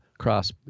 cross